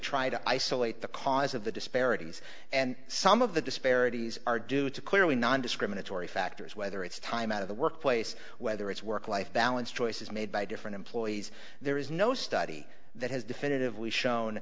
try to isolate the cause of the disparities and some of the disparities are due to clearly nondiscriminatory factors whether it's time out of the place whether it's work life balance choices made by different employees there is no study that has definitively shown